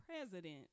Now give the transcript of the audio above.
president